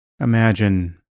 Imagine